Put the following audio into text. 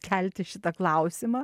kelti šitą klausimą